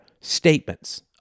statements